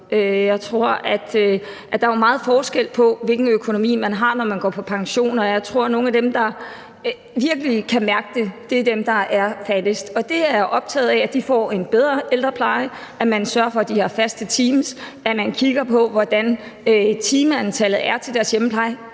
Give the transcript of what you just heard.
Der er jo meget stor forskel på, hvilken økonomi man har, når man går på pension, og jeg tror, at nogle af dem, der virkelig kan mærke det, er dem, der er fattigst, og jeg er optaget af, at de får en bedre ældrepleje, at man sørger for, at de har faste teams, at man kigger på, hvordan timeantallet til deres hjemmepleje